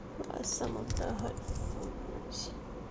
what are some of the hurtful sh~